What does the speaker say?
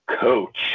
coach